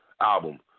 Album